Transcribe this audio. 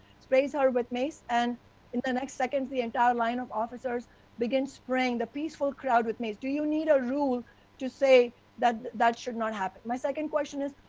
sprays are with mace? and the next seconds the entire line of officers begin spraying the peaceful crowd with mace? do you need a rule to say that that should not happen? my second question is,